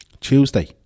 Tuesday